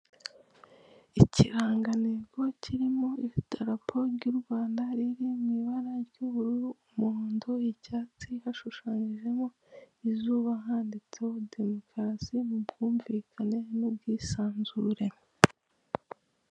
Hano hari uruhurirane rw'abagize ishyaka rya Efuperi Inkotanyi. bafite amadarapo arimo ibara ry'ubururu, umutuku ndetse n'umweru. Umukuru w'igihugu cy'u Rwanda Paul Kagame wambaye umupira w'umweru ndetse n'ipantaro y'umukara. Hari abashinzwe umutekano mu rwego rwa Sitiyu.